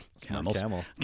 camel